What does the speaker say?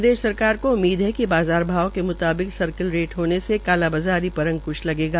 प्रदेश को उम्मीद है कि बाज़ार भाव के मुताबिक सर्कल रेट होने से कालाबाज़ारी पर अकंश लगेगा